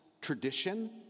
tradition